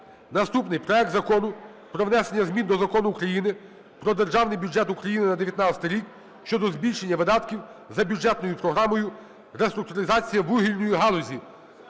Наступний: проект Закону про внесення змін до Закону України "Про Державний бюджет України на 2019 рік" щодо збільшення видатків за бюджетною програмою "Реструктуризація вугільної галузі".